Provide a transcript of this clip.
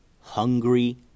hungry